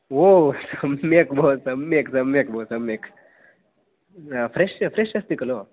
ओ सम्यक् भो सम्यक् सम्यक् भो सम्यक् फ्रेश् फ्रेश् अस्ति खलु